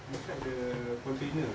inside the container